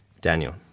Daniel